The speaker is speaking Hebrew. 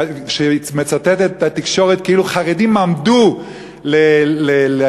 כשהיא מצטטת את התקשורת כאילו חרדים עמדו להפגין,